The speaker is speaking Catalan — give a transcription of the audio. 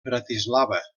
bratislava